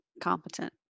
competent